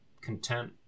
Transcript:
content